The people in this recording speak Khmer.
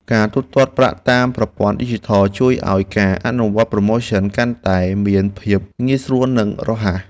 ការទូទាត់ប្រាក់តាមប្រព័ន្ធឌីជីថលជួយឱ្យការអនុវត្តប្រូម៉ូសិនកាន់តែមានភាពងាយស្រួលនិងរហ័ស។